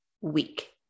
week